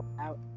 out